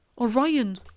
Orion